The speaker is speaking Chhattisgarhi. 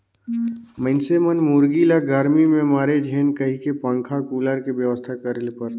मइनसे मन मुरगी ल गरमी में मरे झेन कहिके पंखा, कुलर के बेवस्था करे ले परथे